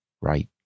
right